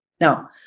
Now